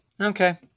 okay